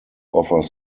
offers